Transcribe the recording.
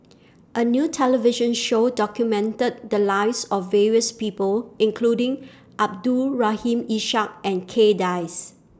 A New television Show documented The Lives of various People including Abdul Rahim Ishak and Kay Das